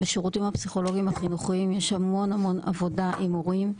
בשירותים הפסיכולוגים החינוכיים יש המון עבודה עם הורים.